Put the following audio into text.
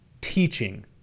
teaching